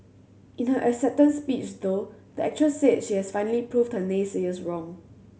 in her acceptance speech though the actress said she has finally proved her naysayers wrong